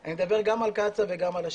אני מדבר גם על קצ"א וגם על השיטפונות.